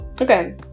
Okay